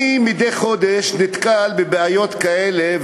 אני מדי חודש נתקל בבעיות כאלה,